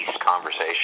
conversation